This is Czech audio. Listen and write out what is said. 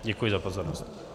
Děkuji za pozornost.